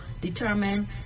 determine